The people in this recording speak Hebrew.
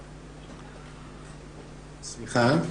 סליחה?